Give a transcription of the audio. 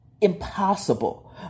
impossible